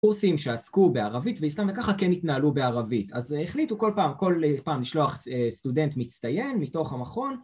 ‫פורסים שעסקו בערבית ואיסלאם, ‫וככה כן התנהלו בערבית. ‫אז החליטו כל פעם לשלוח ‫סטודנט מצטיין מתוך המכון.